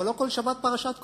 אבל לא בכל שבת פרשת קורח.